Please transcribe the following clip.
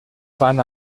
fan